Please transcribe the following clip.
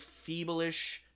feebleish